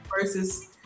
Versus